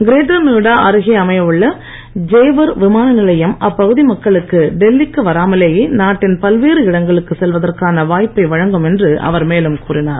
greater Noida அருகே அமையவுள்ள ஜேவர் விமானநிலையம் அப்பகுதி மக்களுக்கு டெல்லிக்கு வரமாலேயே நாட்டின் பல்வேறு இடங்களுக்கு செல்வதற்கான வாய்ப்பை வழங்கும் என்று அவர் மேலும் கூறினார்